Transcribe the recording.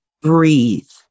breathe